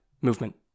movement